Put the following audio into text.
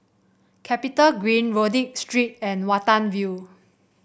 CapitaGreen Rodyk Street and Watten View